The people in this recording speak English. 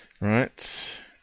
right